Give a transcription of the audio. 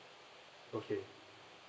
okay